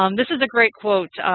um this is a great quote.